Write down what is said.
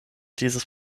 dieses